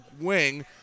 wing